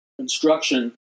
construction